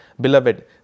beloved